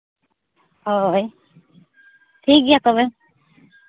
ᱦᱳᱭ ᱴᱷᱤᱠ ᱜᱮᱭᱟ ᱛᱚᱵᱮ